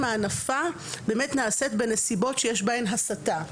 הנפה באמת נעשית בנסיבות שיש בהן הסתה.